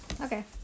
Okay